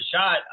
shot